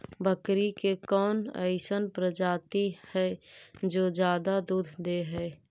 बकरी के कौन अइसन प्रजाति हई जो ज्यादा दूध दे हई?